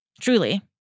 Truly